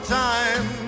time